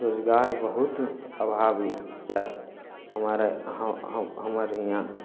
रोजगार बहुत अभाव क्या हमारे हम हम हमारे यहाँ